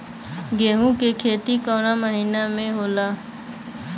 गेहूँ के खेती कवना महीना में होला?